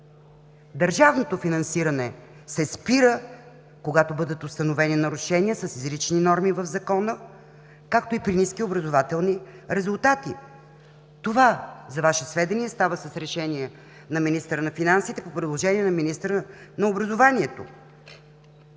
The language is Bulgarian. Държавното финансиране се спира, когато бъдат установени нарушения, с изрични норми в Закона, както и при ниски образователни резултати. Това, за Ваше сведение, става с решение на министъра на финансите по предложение на министъра на образованието.